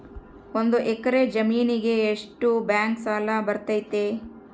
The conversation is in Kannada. ಒಂದು ಎಕರೆ ಜಮೇನಿಗೆ ಎಷ್ಟು ಬ್ಯಾಂಕ್ ಸಾಲ ಬರ್ತೈತೆ?